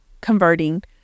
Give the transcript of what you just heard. converting